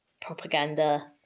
propaganda